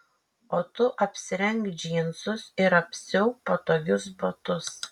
o tu apsirenk džinsus ir apsiauk patogius batus